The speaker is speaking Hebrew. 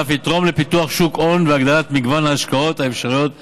ואף יתרום לפיתוח שוק ההון ולהגדלת מגוון ההשקעות האפשריות למשקיעים.